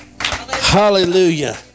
hallelujah